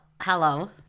Hello